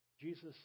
Jesus